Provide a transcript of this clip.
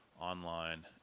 online